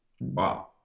Wow